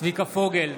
צביקה פוגל,